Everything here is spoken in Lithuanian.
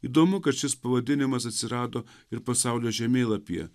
įdomu kad šis pavadinimas atsirado ir pasaulio žemėlapyje